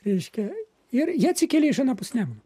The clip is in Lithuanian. reiškia ir jie atsikėlė iš anapus nemuno